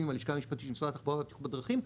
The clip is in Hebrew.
עם הלשכה המשפטית של משרד התחבורה והבטיחות בדרכים,